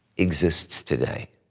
exists today.